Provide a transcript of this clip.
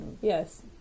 Yes